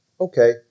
okay